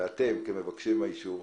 ואתם כמבקשי האישור,